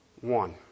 one